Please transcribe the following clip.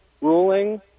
ruling